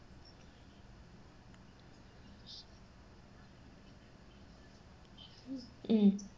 mm